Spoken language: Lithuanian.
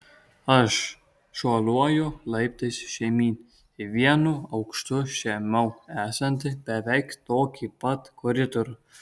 aš šuoliuoju laiptais žemyn į vienu aukštu žemiau esantį beveik tokį pat koridorių